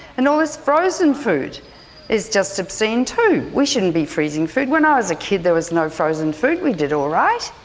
and all this frozen food is just obscene too! we shouldn't be freezing feed, when i was a kid there was no frozen food we did alright.